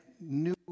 new